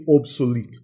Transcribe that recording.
obsolete